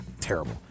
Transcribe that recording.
terrible